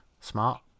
smart